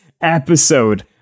episode